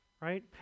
right